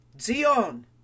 Zion